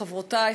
חברותי,